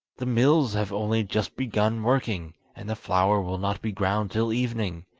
the mills have only just begun working, and the flour will not be ground till evening,